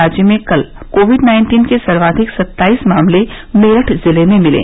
राज्य में कल कोविड नाइन्टीन के सर्वाधिक सत्ताईस मामले मेरठ जिले में मिले